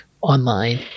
online